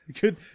Good